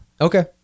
okay